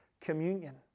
communion